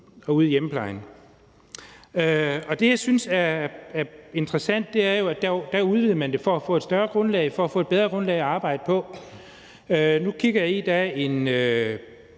ude i hjemmeplejen. Det, jeg synes er interessant, er jo, at der udvidede man det for at få et større grundlag, for at få et bedre grundlag at arbejde på. Nu kigger jeg i det,